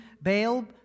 Baal